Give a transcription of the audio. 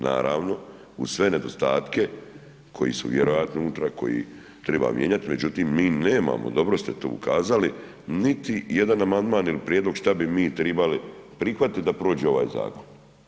Naravno, uz sve nedostatke koji su vjerojatno unutra, koje treba mijenjati, međutim mi nemamo, dobro ste tu ukazali niti jedan amandman ili prijedlog što bi mi trebali prihvatiti da prođe ovaj zakon.